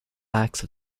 acts